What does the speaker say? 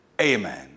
amen